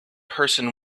person